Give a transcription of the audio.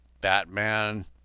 Batman